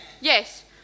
Yes